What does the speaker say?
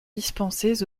dispensés